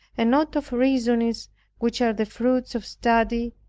and not of reasonings which are the fruits of study,